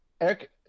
Eric